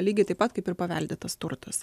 lygiai taip pat kaip ir paveldėtas turtas